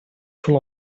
full